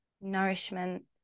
nourishment